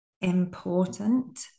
important